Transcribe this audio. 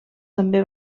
també